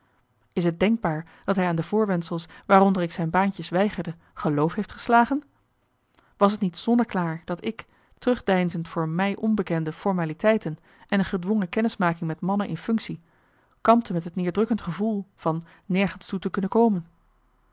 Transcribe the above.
is t denkbaar dat hij aan de voorwendsels waaronder ik zijn baantjes weigerde geloof heeft geslagen was t niet zonneklaar dat ik terugdeinzend voor mij onbekende formaliteiten en een gedwongen kennismaking met mannen in functie kampte met het neerdrukkend gevoel van nergens toe te kunnen komen wat